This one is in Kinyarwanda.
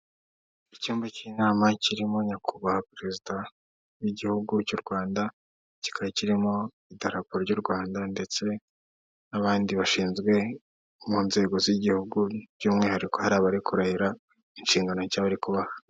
Icyumba cy'inama kirimo nyakubahwa perezida w'igihugu cy'u Rwanda, kikaba kirimo idarapo ry'u Rwanda ndetse n'abandi bashinzwe mu nzego z'igihugu by'umwihariko hari abari kurahira inshingano shya bari kubaha.